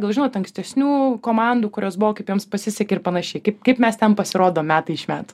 gal žinot ankstesnių komandų kurios buvo kaip joms pasisekė ir panašiai kaip kaip mes ten pasirodom metai iš metų